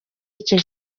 icyo